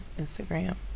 Instagram